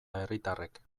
herritarrek